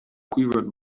quivered